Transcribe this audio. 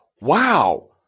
Wow